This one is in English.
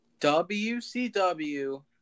WCW